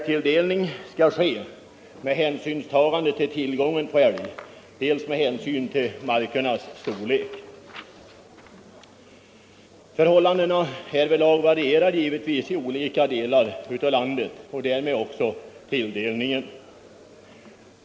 Tilldelningen skall ske med hänsynstagande till dels tillgången på älg, dels markernas storlek. Förhållandena varierar givetvis i olika delar av landet och därmed också tilldelningen.